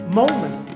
moment